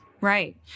Right